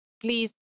please